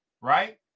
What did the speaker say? right